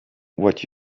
what